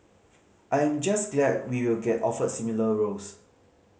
I am just glad we will get offered similar roles